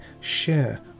share